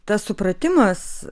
tas supratimas